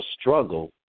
struggle